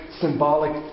symbolic